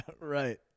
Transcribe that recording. Right